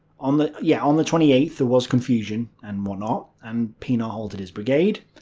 on the yeah on the twenty eighth, there was confusion and whatnot, and pienaar halted his brigade.